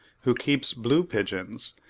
who keeps blue pigeons,